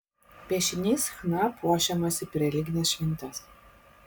piešiniais chna puošiamasi per religines šventes